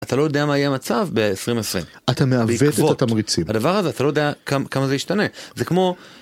אתה לא יודע מה יהיה המצב ב-2020, בעקבות הדבר הזה אתה לא יודע כמה זה ישתנה, זה כמו...